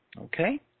Okay